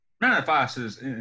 manifests